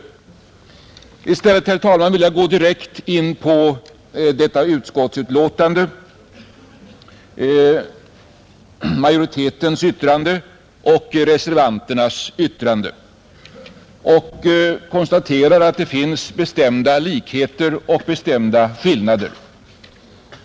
I stället, herr talman, vill jag gå direkt in på utskottsbetänkandet med majoritetens yttrande och reservanternas yttrande och konstatera att det finns bestämda likheter och bestämda skillnader.